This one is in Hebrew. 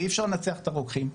ואי-אפשר לנצח את הרוקחים,